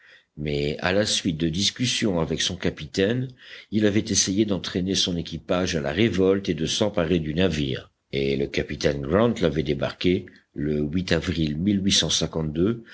mais à la suite de discussions avec son capitaine il avait essayé d'entraîner son équipage à la révolte et de s'emparer du navire et le capitaine grant l'avait débarqué le avril